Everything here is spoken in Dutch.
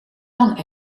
lang